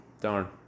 darn